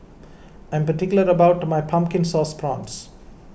I am particular about my Pumpkin Sauce Prawns